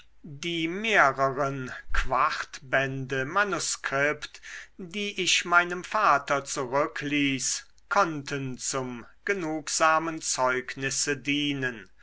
die mehreren quartbände manuskript die ich meinem vater zurückließ konnten zum genugsamen zeugnisse dienen